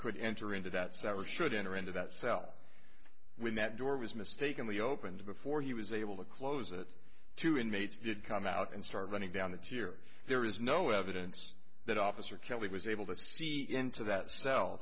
could enter into that sort of should enter into that cell when that door was mistakenly opened before he was able to close it two inmates did come out and start running down the tier there is no evidence that officer kelly was able to see into that cell